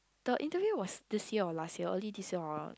the interview was this year or last year early this year or